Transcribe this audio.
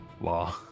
Law